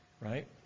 right